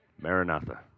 Maranatha